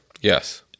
yes